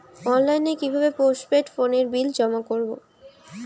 অনলাইনে কি ভাবে পোস্টপেড ফোনের বিল জমা করব?